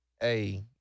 hey